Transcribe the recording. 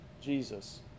Jesus